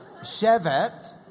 Shevet